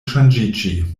ŝanĝiĝi